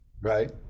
Right